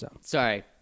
Sorry